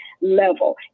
level